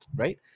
right